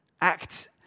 act